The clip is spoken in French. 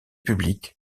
publics